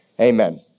Amen